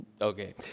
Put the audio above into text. Okay